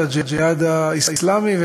ו"הג'יהאד האסלאמי",